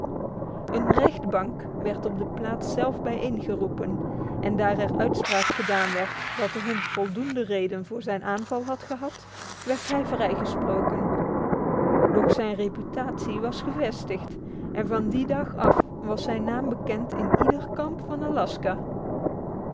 een rechtbank werd op de plaats zelf bijeengeroepen en daar er uitspraak gedaan werd dat de hond voldoende reden voor zijn aanval had gehad werd hij vrijgesproken doch zijn reputatie was gevestigd en van die dag af was zijn naam bekend in ieder kamp van alaska